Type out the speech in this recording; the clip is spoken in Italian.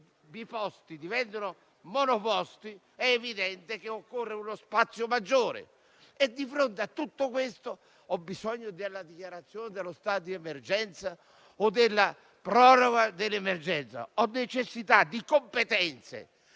se i banchi diventano monoposto, è evidente che occorre uno spazio maggiore. Di fronte a tutto questo ho bisogno della dichiarazione dello stato di emergenza o della proroga dell'emergenza? Piuttosto ho necessità di competenze